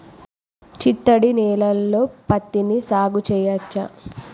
చిత్తడి నేలలో పత్తిని సాగు చేయచ్చా?